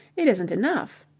it isn't enough.